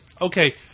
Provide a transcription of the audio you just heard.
okay